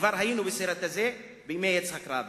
וכבר היינו בסרט הזה בימי יצחק רבין.